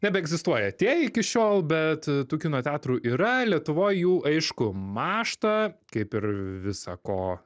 nebeegzistuoja atėję iki šiol bet tų kino teatrų yra lietuvoj jų aišku mąžta kaip ir visa ko